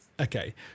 okay